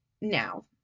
now